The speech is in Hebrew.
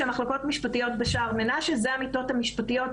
המחלקות המשפטיות בשער מנשה - אלה המיטות המשפטיות,